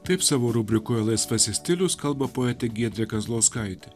taip savo rubrikoje laisvasis stilius kalba poetė giedrė kazlauskaitė